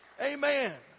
Amen